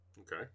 Okay